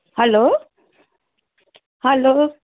hello hello